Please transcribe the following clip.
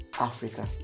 Africa